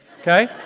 Okay